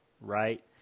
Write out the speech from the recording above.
right